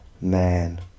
man